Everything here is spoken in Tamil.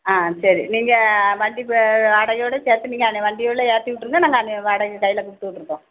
ஆ சரி நீங்கள் வண்டி பே வாடகையோடு சேர்த்து நீங்கள் வண்டி உள்ளே ஏற்றி விட்ருங்க நாங்கள் அன்றைய வாடகையை கையில் கொடுத்து விட்டுட்றோம்